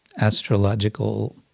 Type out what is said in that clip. astrological